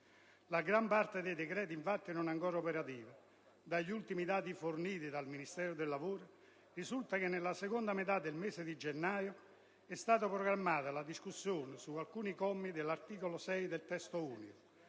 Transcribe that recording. La gran parte dei decreti, infatti, non è ancora operativa. Dagli ultimi dati forniti dal Ministero del lavoro risulta che nella seconda metà del mese di gennaio è stata programmata la discussione su alcuni commi dell'articolo 6 del Testo unico,